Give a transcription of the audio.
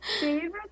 favorite